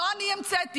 לא אני המצאתי,